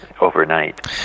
Overnight